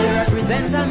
represent